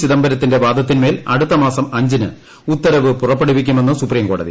ചിദംബരത്തിന്റെ വാദത്തിൻമേൽ അടുത്ത മാസം അഞ്ചിന് ഉത്തരവ് പുറപ്പെടുവിക്കുമെന്ന് സുപ്രീംകോടതി